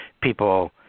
people